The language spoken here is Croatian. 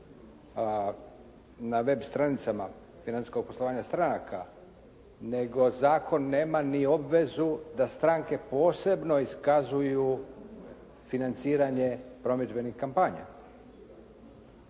na web stranicama financijskog poslovanja stranaka, nego zakon nema ni obvezu da stranke posebno iskazuju financiranje promidžbenih kampanja.